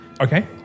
Okay